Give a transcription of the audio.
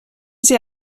sie